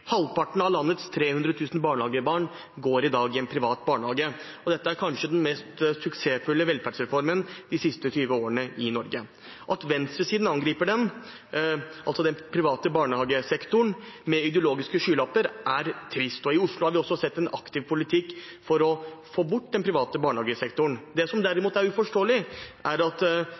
Halvparten av landets 300 000 barnehagebarn går i dag i en privat barnehage, og dette er kanskje den mest suksessfulle velferdsreformen de siste 20 årene i Norge. At venstresiden angriper den private barnehagesektoren med ideologiske skylapper, er trist, og i Oslo har vi også sett en aktiv politikk for å få bort den private barnehagesektoren. Det som derimot er uforståelig, er at